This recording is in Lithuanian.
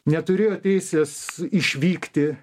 neturėjo teisės išvykti